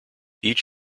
each